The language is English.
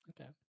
Okay